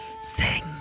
Sing